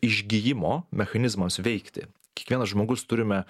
išgijimo mechanizmams veikti kiekvienas žmogus turime